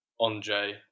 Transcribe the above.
Andre